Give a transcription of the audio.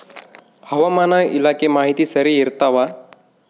ಹವಾಮಾನ ಇಲಾಖೆ ಮಾಹಿತಿ ಸರಿ ಇರ್ತವ?